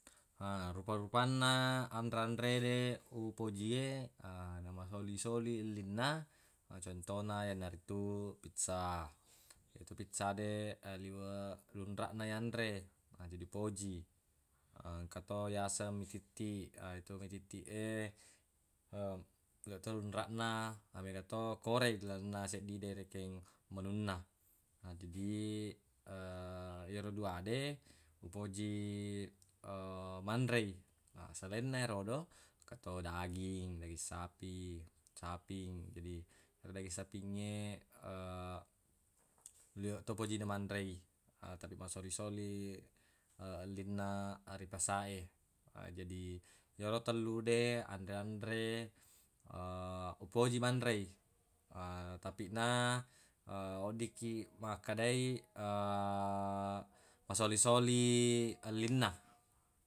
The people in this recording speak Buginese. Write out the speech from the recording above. rupa-rupanna anre-anre de upojie namasoli-soli ellinna contona yenaritu pizza yetu pizza de liweq lunraq na yanre jadi upoji engka to yaseng mi tiktik yetu mi tiktik e liweq to lunraq na namega to korei ilalenna seddi de rekeng menuna na jadi yero dua de upoji manrei na salainna yerodo engka to daging daging sapi saping jadi ero daging sapingnge liweq to upojinna manrei tapi masoli-soli ellinna ri pasa e jadi yero tellu de nare-anre upoji manrei tapina weddikkiq makkedai masoli-soli ellinna.